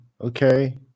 okay